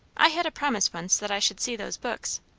i had a promise once that i should see those books.